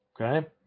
okay